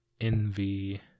envy